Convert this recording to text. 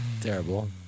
Terrible